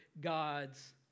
God's